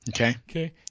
Okay